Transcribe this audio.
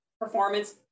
performance